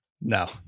No